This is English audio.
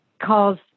cause